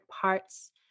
parts